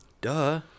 Duh